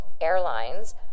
Airlines